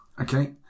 okay